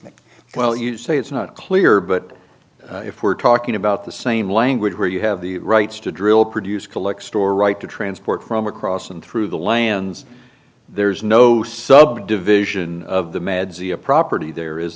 easement well you say it's not clear but if we're talking about the same language where you have the rights to drill produce collect store right to transport from across and through the lands there's no subdivision of the meds the a property there is